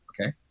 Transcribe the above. Okay